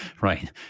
right